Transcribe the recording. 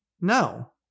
No